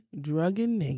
drugging